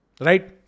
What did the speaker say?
Right